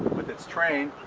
with its train.